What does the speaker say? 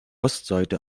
ostseite